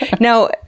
Now